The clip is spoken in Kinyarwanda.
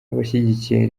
abashyigikiye